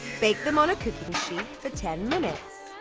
bake them on a cookie sheet for ten minutes.